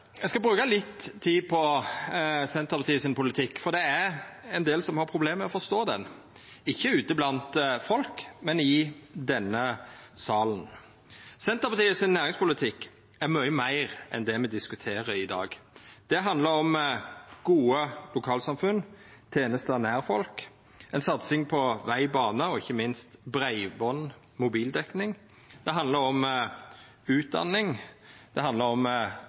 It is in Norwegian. Eg skal bruka litt tid på politikken til Senterpartiet, for det er ein del som har problem med å forstå han – ikkje ute blant folk, men i denne salen. Næringspolitikken til Senterpartiet er mykje meir enn det me diskuterer i dag. Det handlar om gode lokalsamfunn, om tenester nær folk, om satsing på veg og bane og ikkje minst breiband og mobildekning. Det handlar om utdanning, det handlar om